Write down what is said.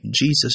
Jesus